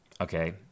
Okay